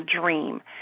dream